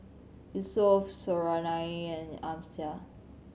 Yusuf Suriani and Amsyar